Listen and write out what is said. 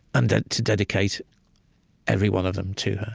and then to dedicate every one of them to her.